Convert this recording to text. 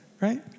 Right